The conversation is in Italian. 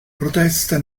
proteste